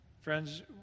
Friends